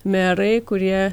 merai kurie